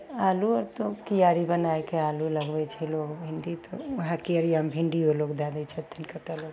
आलू आओर तऽ किआरी बनैके आलू लगबै छै लोक भिण्डी तऽ वएह किआरीमे भिण्डिओ लोक दै दै छथिन कतेक लोक